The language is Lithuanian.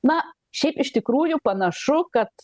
na šiaip iš tikrųjų panašu kad